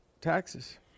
Taxes